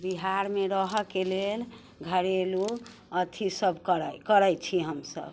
बिहारमे रहऽके लेल घरेलू अथी सब करै करै छी हमसब